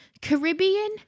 Caribbean